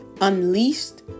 unleashed